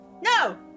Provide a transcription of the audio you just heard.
no